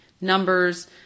numbers